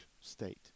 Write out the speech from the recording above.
state